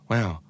Wow